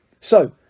So